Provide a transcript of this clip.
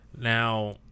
now